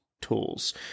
tools